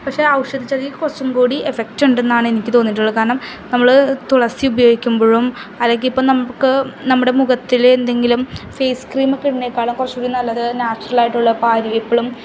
പക്ഷേ ഔഷധച്ചെടി കുറച്ചും കൂടി എഫ്ഫക്റ്റൊണ്ടെന്നാണെനിക്ക് തോന്നിയിട്ടുള്ളത് കാരണം നമ്മൾ തുളസി ഉപയോഗിക്കുമ്പോഴും അല്ലെങ്കിൽ ഇപ്പം നമുക്ക് നമ്മുടെ മുഖത്തിലെ എന്തെങ്കിലും ഫേസ് ക്രീംമൊക്കെ ഇടണെക്കാളും കുറച്ചും കൂടി നല്ലത് നാച്ചുറലായിട്ടുള്ള കാര്യേപ്പളും